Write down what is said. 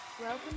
Welcome